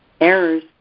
Errors